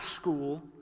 school